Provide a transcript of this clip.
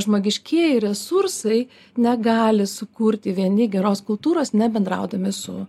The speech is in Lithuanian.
žmogiškieji resursai negali sukurti vieni geros kultūros nebendraudami su